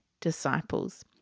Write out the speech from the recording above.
disciples